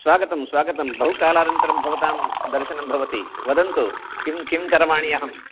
स्वागतं स्वागतं बहुकालानन्तरं भवतां दर्शनं भवती वदन्तु किं किं करवाणि अहं